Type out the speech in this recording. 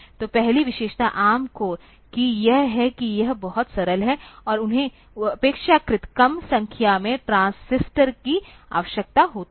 तो पहली विशेषता ARM कोर कि यह है कि यह बहुत सरल हैं और उन्हें अपेक्षाकृत कम संख्या में ट्रांजिस्टर की आवश्यकता होती है